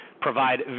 provide